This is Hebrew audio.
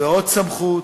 ועוד סמכות,